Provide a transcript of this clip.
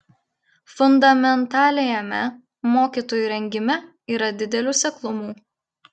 fundamentaliajame mokytojų rengime yra didelių seklumų